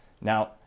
now